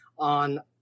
on